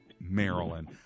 Maryland